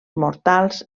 mortals